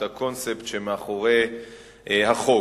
את הקונספט שמאחורי החוק.